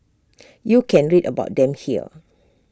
you can read about them here